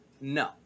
No